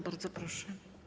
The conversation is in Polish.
Bardzo proszę.